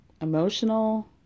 emotional